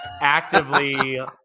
actively